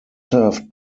served